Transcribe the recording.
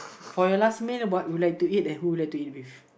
for your last meal what would you like to eat and who you like to eat with